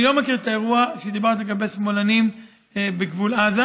אני לא מכיר את האירוע שדיברת עליו לגבי שמאלנים בגבול עזה.